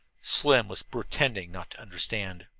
slim was pretending not to understand.